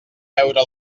veure